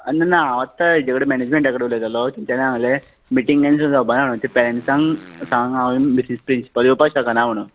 न ना हांव आत्तां हाजे कडेन मॅनेजमँटा कडेन उलयतालो ताणें आंगलें मिटींग कँसल जावपा ना म्ह ते पॅरंणसांग सांग हांवें डि सि प्रिंसिपल येवपा शकाना म्हुणू